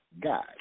God